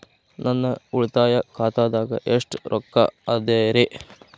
ನನ್ನ ಉಳಿತಾಯ ಖಾತಾದಾಗ ಎಷ್ಟ ರೊಕ್ಕ ಅದ ರೇ?